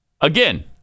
Again